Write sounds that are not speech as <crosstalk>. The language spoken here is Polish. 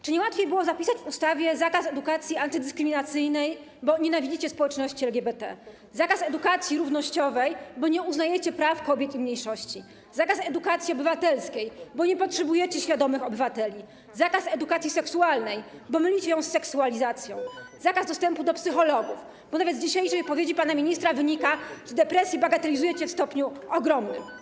Czy nie łatwiej byłoby zapisać w ustawie zakaz edukacji antydyskryminacyjnej, bo nienawidzicie społeczności LGBT, zakaz edukacji równościowej, bo nie uznajecie praw kobiet i mniejszości, zakaz edukacji obywatelskiej, bo nie potrzebujecie świadomych obywateli, zakaz edukacji seksualnej, bo mylicie ją z seksualizacją, zakaz dostępu do psychologów, <noise> bo nawet z dzisiejszej wypowiedzi pana ministra wynika, że depresję bagatelizujecie w stopniu ogromnym?